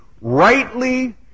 rightly